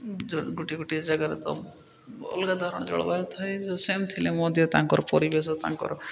ଗୋଟିଏ ଗୋଟିଏ ଜାଗାରେ ତ ଅଲଗା ଧରଣ ଜଳବାୟୁ ଥାଏ ଯେ ସେମ୍ ଥିଲେ ମଧ୍ୟ ତାଙ୍କର ପରିବେଶ ତାଙ୍କର